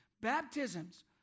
Baptisms